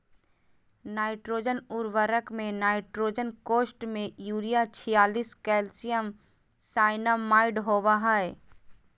nitrogen उर्वरक में nitrogen कोष्ठ में यूरिया छियालिश कैल्शियम साइनामाईड होबा हइ